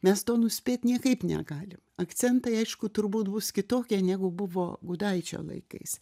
mes to nuspėt niekaip negalim akcentai aišku turbūt bus kitokie negu buvo gudaičio laikais